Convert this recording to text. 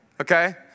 okay